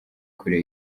kure